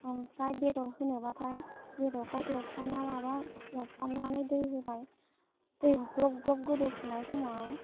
ओमफ्राय बेदर होनोबाथाय बेदरखौ एवफ्रामना लाबाय एवफ्रामनानै दै होबाय दै ग्लब ग्लब गोदौफुनाय समाव